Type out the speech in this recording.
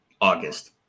August